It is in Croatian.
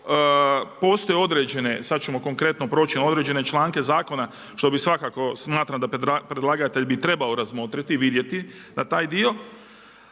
postoje određene, sad ćemo konkretno proći na određene članke zakona, što bi svakako smatram da predlagatelj bi trebao razmotriti, vidjeti na taj dio,